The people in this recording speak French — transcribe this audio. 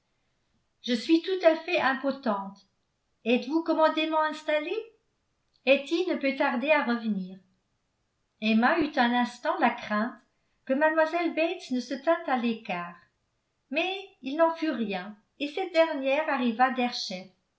je suis tout à fait impotente êtes-vous commodément installée hetty ne peut tarder à revenir emma eut un instant la crainte que mlle bates ne se tînt à l'écart mais il n'en fut rien et cette dernière arriva